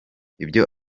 ibyo